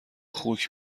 خوک